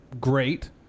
great